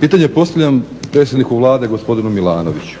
Pitanje postavljam predsjedniku Vlade, gospodinu Milanoviću.